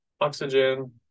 oxygen